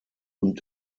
und